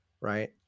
right